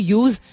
use